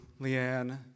Leanne